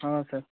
ହଁ ସାର୍